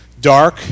Dark